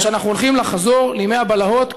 או שאנחנו הולכים לחזור לימי הבלהות,